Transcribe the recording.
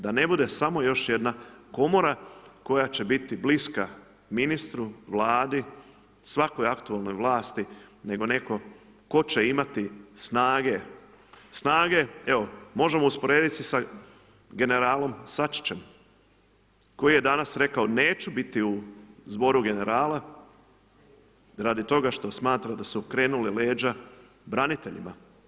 Da ne bude samo još jedna komora koja će biti bliska ministru, Vladi, svakoj aktualnoj vlasti nego netko tko će imati snage, snage evo, možemo usporediti se sa general Sačićem koji je danas rekao neću biti u Zboru generala radi toga smo smatra da su okrenuli leđa braniteljima.